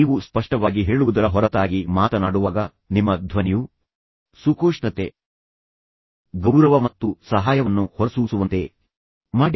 ನೀವು ಸ್ಪಷ್ಟವಾಗಿ ಹೇಳುವುದರ ಹೊರತಾಗಿ ಮಾತನಾಡುವಾಗ ನಿಮ್ಮ ಧ್ವನಿಯು ಸುಖೋಷ್ಣತೆ ಗೌರವ ಮತ್ತು ಸಹಾಯವನ್ನು ಹೊರಸೂಸುವಂತೆ ಮಾಡಿ